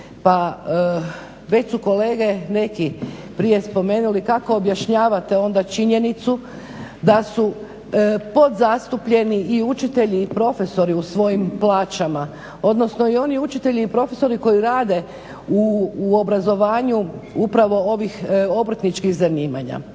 pa već su kolege neki prije spomenuli kako objašnjavate onda činjenicu da su podzastupljeni i učitelji i profesori u svojim plaćama, odnosno i oni učitelji i profesori koji rade u obrazovanju upravo ovih obrtničkih zanimanja.